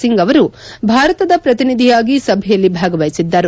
ಸಿಂಗ್ ಅವರು ಭಾರತದ ಪ್ರತಿನಿಧಿಯಾಗಿ ಸಭೆಯಲ್ಲಿ ಭಾಗವಹಿಸಿದ್ದರು